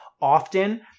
often